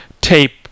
tape